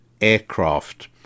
aircraft